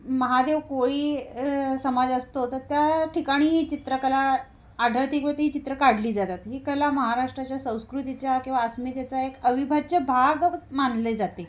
महादेव कोळी समाज असतो तर त्या ठिकाणी ही चित्रकला आढळते किंवा ती चित्रं काढली जातात ही कला महाराष्ट्राच्या संस्कृतीच्या किंवा अस्मितेचा एक अविभाज्य भाग मानले जाते